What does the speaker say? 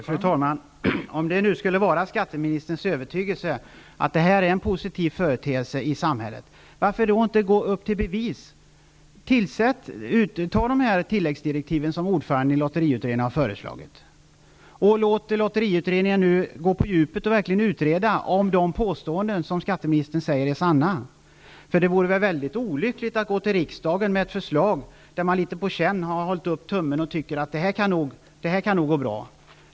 Fru talman! Om det nu skulle vara skatteministerns övertygelse att detta är en positiv företeelse i samhället, varför då inte gå upp till bevis? Lämna de tilläggsdirektiv som ordföranden i lotteriutredningen har föreslagit och låt lotteriutredningen gå på djupet och utreda om de påståenden skatteministern framför är sanna. Det vore väl olyckligt att gå till riksdagen med ett förslag som har kommit till på känn.